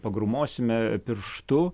pagrūmosime pirštu